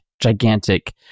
gigantic